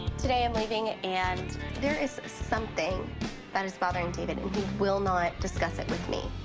today i'm leaving, and there is something that is bothering david, and he will not discuss it with me,